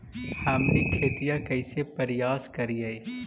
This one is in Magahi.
हमनी खेतीया कइसे परियास करियय?